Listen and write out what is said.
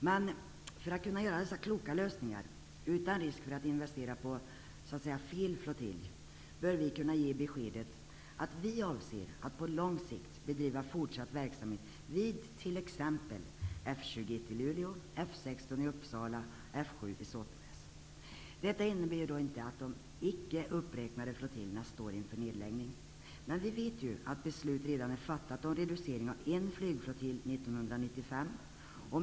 Men för att kunna genomföra dessa kloka lösningar, utan risk för att investera i ''fel'' flottilj bör vi kunna ge beskedet att vi avser att på lång sikt bedriva fortsatt verksamhet vid t.ex. F 21 i Luleå, Detta innebär inte att de icke uppräknade flottiljerna står inför nedläggning, men vi vet ju att beslut redan är fattat om reducering av en flygflottilj 1995.